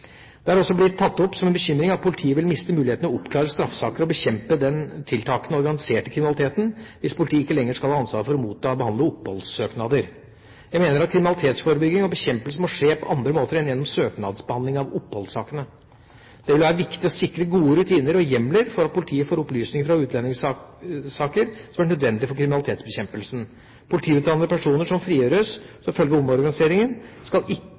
Det har også blitt tatt opp som en bekymring at politiet vil miste muligheten til å oppklare straffesaker og bekjempe den tiltakende organiserte kriminaliteten hvis politiet ikke lenger skal ha ansvaret for å motta og behandle oppholdssøknader. Jeg mener at kriminalitetsforebygging og -bekjempelse må skje på andre måter enn gjennom søknadsbehandling av oppholdssakene. Det vil være viktig å sikre gode rutiner og hjemler for at politiet får opplysninger fra utlendingssaker som er nødvendige for kriminalitetsbekjempelsen. Politiutdannede personer som frigjøres som følge av omorganiseringen, skal ikke